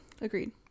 Agreed